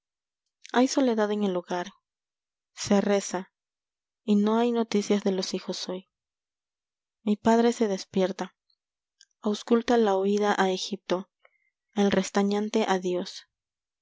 hay soledad en el hogar se reza y no hay noticias de los hijos hoy mi padre se despierta ausculta la huida a egipto el restañante adiós